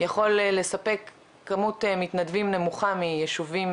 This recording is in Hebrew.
יכול לספק כמות מתנדבים נמוכה מיישובים